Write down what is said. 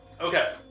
Okay